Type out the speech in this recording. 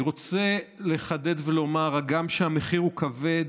אני רוצה לחדד ולומר: הגם שהמחיר הוא כבד,